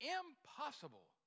impossible